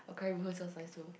curry-mee sounds nice too